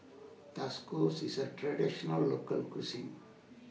IS A Traditional Local Cuisine